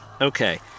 Okay